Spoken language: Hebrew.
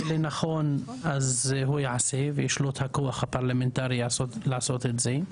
לנכון אז הוא יעשה ויש לו את הכוח הפרלמנטרי לעשות את זה.